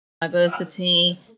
diversity